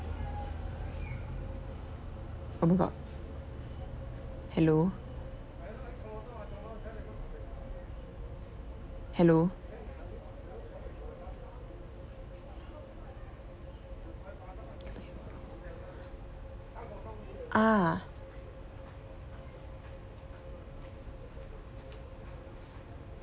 oh my god hello hello ah